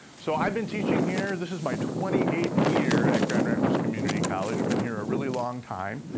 so, i've been teaching here. this is my twenty eighth year at grand rapids community college. been here a really long time.